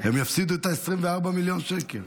הם יפסידו את ה-24 מיליון שקל.